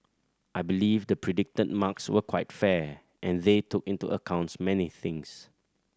I believe the predicted marks were quite fair and they took into accounts many things